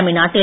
தமிழ்நாட்டில்